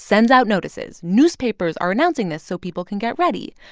sends out notices. newspapers are announcing this so people can get ready.